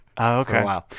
Okay